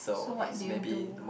so what do you do